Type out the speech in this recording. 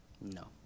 No